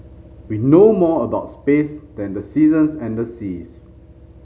we know more about space than the seasons and the seas